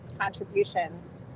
contributions